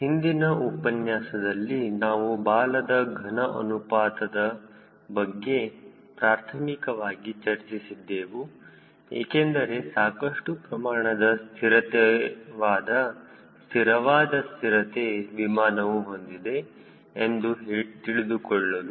ಹಿಂದಿನ ಉಪನ್ಯಾಸದಲ್ಲಿ ನಾವು ಬಾಲದ ಘನ ಅನುಪಾತ ಬಗ್ಗೆ ಪ್ರಾಥಮಿಕವಾಗಿ ಚರ್ಚಿಸುತ್ತಿದ್ದೆವು ಏಕೆಂದರೆ ಸಾಕಷ್ಟು ಪ್ರಮಾಣದ ಸ್ಥಿರವಾದ ಸ್ಥಿರತೆ ವಿಮಾನವು ಹೊಂದಿದೆ ಎಂದು ತಿಳಿದುಕೊಳ್ಳಲು